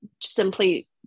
simply